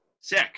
sick